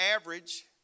average